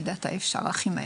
האפשר.